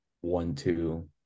one-two